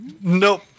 Nope